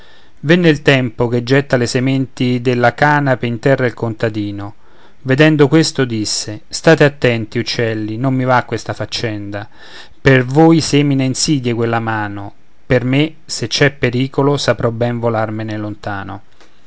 venne il tempo che getta le sementi della canape in terra il contadino vedendo questo disse state attenti uccelli non mi va questa faccenda per voi semina insidie quella mano per me se c'è pericolo saprò bene volarmene lontano